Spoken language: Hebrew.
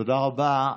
תודה רבה.